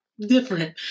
Different